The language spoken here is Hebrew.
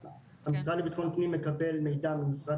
המשרד לבטחון פנים מקבל מידע מראש ממשרד